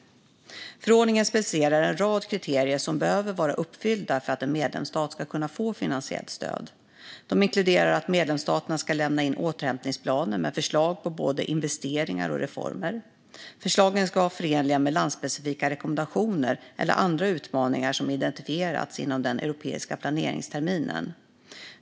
Förordningen specificerar en rad kriterier som behöver vara uppfyllda för att en medlemsstat ska kunna få finansiellt stöd. Dessa inkluderar att medlemsstaterna ska lämna in återhämtningsplaner med förslag på både investeringar och reformer. Förslagen ska vara förenliga med landsspecifika rekommendationer eller andra utmaningar som identifierats inom den europeiska planeringsterminen.